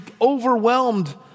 overwhelmed